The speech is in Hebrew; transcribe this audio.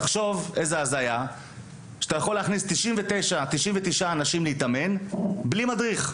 תחשוב איזה הזיה זו שאתה יכול להכניס 99 אנשים להתאמן בלי מדריך.